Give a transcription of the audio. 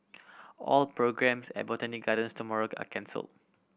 all programmes at Botanic Gardens tomorrow are cancel